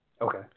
Okay